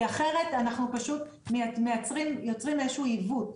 כי אחרת אנחנו יוצרים איזשהו עיוות,